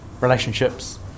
relationships